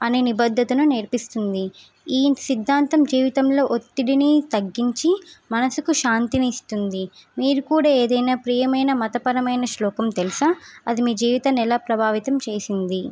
అనే నిబంధనను నేర్పిస్తుంది ఈ సిద్ధాంతం జీవితంలో ఒత్తిడిని తగ్గించి మనసుకు శాంతిని ఇస్తుంది మీరు కూడా ఏదైనా ప్రియమైన మతపరమైన శ్లోపం తెలుసా అది మీ జీవితాన్ని ఎలా ప్రభావితం చేసింది